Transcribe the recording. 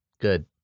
good